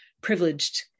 privileged